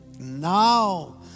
now